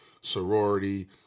sorority